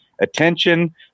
attention